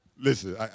Listen